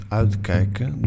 uitkijken